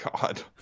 God